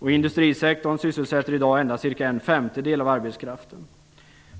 Industrisektorn sysselsätter i dag endast cirka en femtedel av arbetskraften.